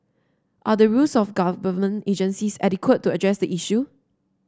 are the rules of the government agencies adequate to address the issue